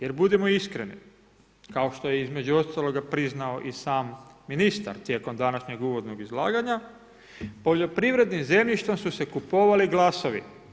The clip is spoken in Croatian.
Jer budimo iskreni kao što je između ostalo priznao i sam ministar tijekom današnjeg uvodnog izlaganja, poljoprivrednim zemljištem su se kupovali glasovi.